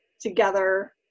together